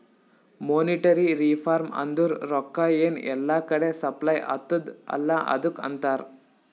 monetary reform ಅಂದುರ್ ರೊಕ್ಕಾ ಎನ್ ಎಲ್ಲಾ ಕಡಿ ಸಪ್ಲೈ ಅತ್ತುದ್ ಅಲ್ಲಾ ಅದುಕ್ಕ ಅಂತಾರ್